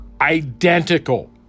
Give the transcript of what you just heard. identical